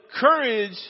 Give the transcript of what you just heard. courage